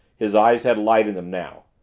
his eyes had light in them now.